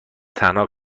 تنها